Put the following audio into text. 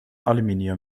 aluminium